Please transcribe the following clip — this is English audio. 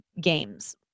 games